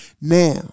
Now